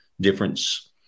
difference